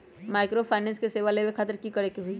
Microfinance के सेवा लेबे खातीर की करे के होई?